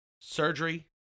surgery